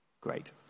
Great